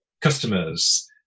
customers